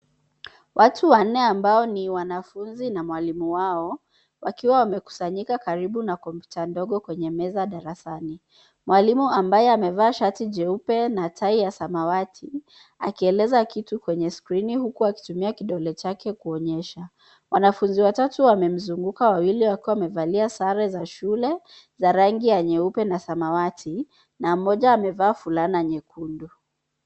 Watu wanne ambao ni wanafunzi na mwalimu wao wakiwa wamekusanyika karibu na kompyuta ndogo kwenye meza darasani. Mwalimu ambaye amevaa shati jeupe na tai ya samawati akieleza kitu kwenye skrini huku akitumia kidole chake kuonyesha. Wanafunzi watatu wamemzunguka, wawili wakiwa wamevalia sare za shule za rangi ya nyeupe na samawati na mmoja amevaa fulana nyekundu.